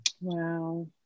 Wow